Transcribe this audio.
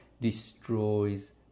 destroys